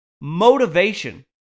motivation